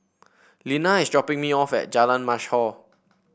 Linna is dropping me off at Jalan Mashhor